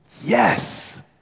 Yes